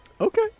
Okay